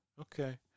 Okay